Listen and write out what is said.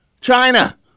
China